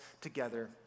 together